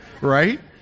right